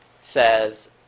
says